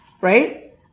right